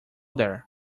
there